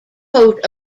coat